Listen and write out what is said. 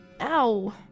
Ow